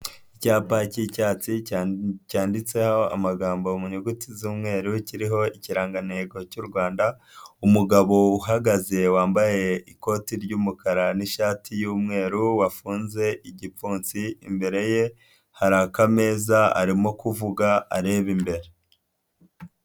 Icyapaki cy'icyatsi cyanditseho amagambo mu nyuguti z'umweru kiriho ikirangantego cy'u Rwand,a umugabo uhagaze wambaye ikoti ry'umukara n'ishati y'umweru, wafunze igipfunsi imbere ye hari akameza arimo kuvuga areba imbere.